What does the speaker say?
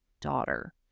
daughter